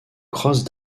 cross